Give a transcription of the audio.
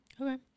Okay